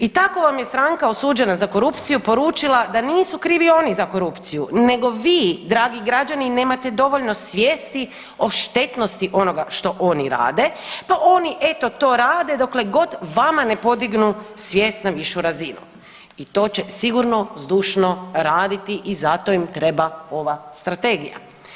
I tako vam je stranka osuđena za korupciju poručila da nisu krivi oni za korupciju nego vi dragi građani nemate dovoljno svijesti o štetnosti onoga što oni rade pa oni eto to rade dokle god vama ne podignu svijest na višu razinu i to će sigurno zdušno raditi i zato im treba ova strategija.